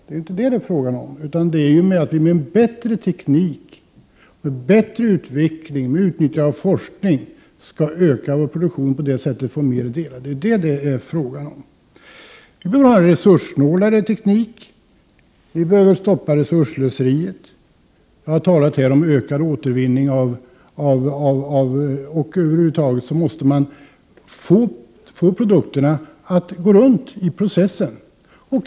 Vad det är fråga om är att vi med bättre teknik och bättre utveckling, med utnyttjande av forskning, skall öka vår produktion och på det sättet få mer att dela. Det är vad det är fråga om. Vi behöver ha en resurssnålare teknik, och vi behöver stoppa resursslöseriet. Jag har här talat om ökad återvinning. Över huvud taget måste man få produkterna att gå runt i processen.